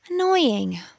Annoying